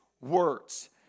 words